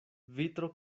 vitro